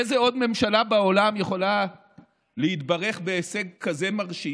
איזו עוד ממשלה בעולם יכולה להתברך בהישג כזה מרשים,